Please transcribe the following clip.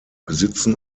besitzen